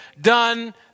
done